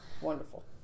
Wonderful